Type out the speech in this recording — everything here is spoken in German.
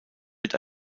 wird